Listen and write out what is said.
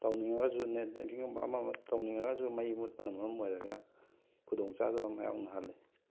ꯇꯧꯅꯤꯡꯉꯒꯁꯨ net banking ꯑꯃ ꯑꯃ ꯇꯧꯅꯤꯡꯉꯒꯁꯨ ꯃꯩ ꯃꯨꯠꯄꯅ ꯃꯔꯝ ꯑꯣꯏꯔꯒ ꯈꯨꯗꯣꯡꯆꯥꯗꯕ ꯃꯌꯥꯝ ꯑꯃ ꯅꯪꯍꯜꯂꯦ